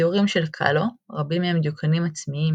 הציורים של קאלו – רבים מהם דיוקנים עצמיים,